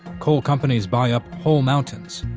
coal companies buy up whole mountains,